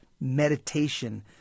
meditation